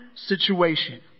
situation